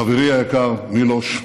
חברי היקר מילוש,